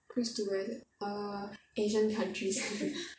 cruise to where err asian countries